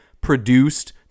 produced